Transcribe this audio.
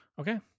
Okay